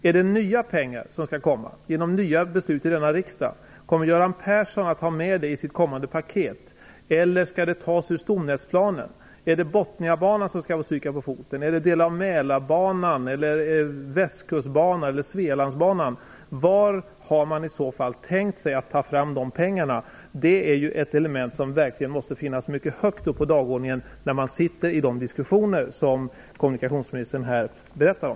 Är det nya pengar som skall komma genom nya beslut i denna riksdag? Kommer Göran Persson att ha med detta i sitt kommande paket? Eller skall det tas ur stomnätsplanen? Är det Botniabanan som skall få stryka på foten eller är det delar av Mälarbanan, Västkustbanan eller Svealandsbanan? Var har ni i så fall tänkt er att ta fram dessa pengar? Detta är ju ett element som verkligen måste finnas mycket högt på dagordningen vid de diskussioner som kommunikationsministern här berättar om.